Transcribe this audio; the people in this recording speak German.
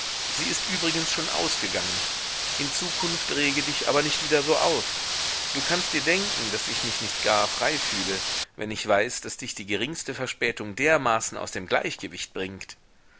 sie ist übrigens schon ausgegangen in zukunft rege dich aber nicht wieder so auf du kannst dir denken daß ich mich nicht gar frei fühle wenn ich weiß daß dich die geringste verspätung dermaßen aus dem gleichgewicht bringt